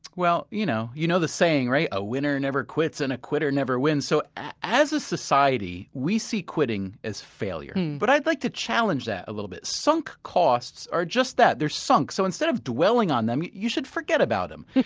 well, you know you know the saying right? a winner never quits, and a quitter never wins so as a society, society, we see quitting as failure. but i'd like to challenge that a little bit. sunk costs are just that they're sunk. so instead of dwelling on them, you you should forget about them.